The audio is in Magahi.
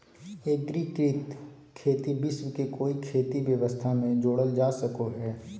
एग्रिकृत खेती विश्व के कोई खेती व्यवस्था में जोड़ल जा सको हइ